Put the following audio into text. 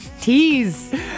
tease